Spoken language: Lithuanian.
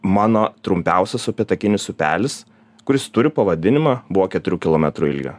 mano trumpiausias upėtakinis upelis kuris turi pavadinimą buvo keturių kilometrų ilgio